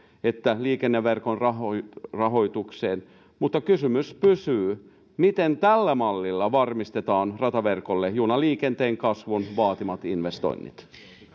että liikenneverkon rahoitukseen rahoitukseen mutta kysymys pysyy miten tällä mallilla varmistetaan rataverkolle junaliikenteen kasvun vaatimat investoinnit